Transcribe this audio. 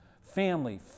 Family